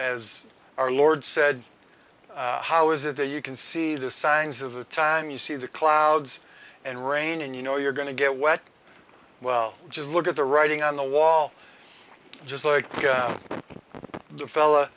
as our lord said how is it that you can see the signs of the time you see the clouds and rain and you know you're going to get wet well just look at the writing on the wall just like the fella